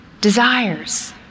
desires